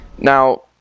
Now